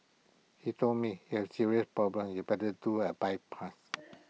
he told me he has serious problems you better do A bypass